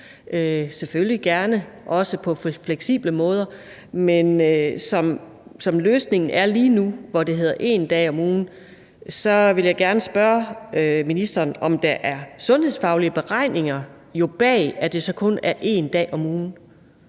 selvfølgelig også gerne på fleksible måder. Men som løsningen er lige nu, hvor det hedder 1 dag om ugen, så vil jeg gerne spørge ministeren, om der ligger sundhedsfaglige beregninger bag, at det så kun er 1 dag om ugen.